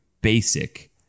basic